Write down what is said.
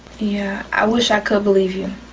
yeah, i wish i could believe you.